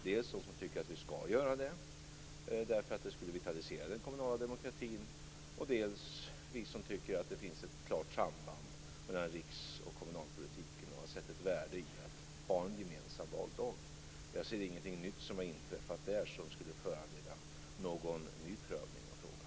Dels finns de som tycker att vi skall göra det, därför att det skulle vitalisera den kommunala demokratin, dels vi som tycker att det finns ett klart samband mellan riks och kommunalpolitiken. Vi har sett ett värde i att ha en gemensam valdag. Jag ser inte att något nytt har inträffat som skulle föranleda en ny prövning av frågan.